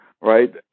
right